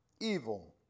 evil